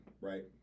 right